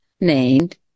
named